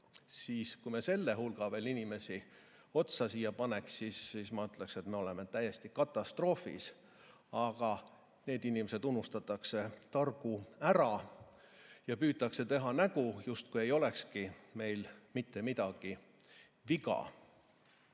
Kui me selle hulga inimesi siia otsa paneks, siis ma ütleksin, et meil on täiesti katastroof. Aga need inimesed unustatakse targu ära ja püütakse teha nägu, justkui ei olekski meil mitte midagi viga.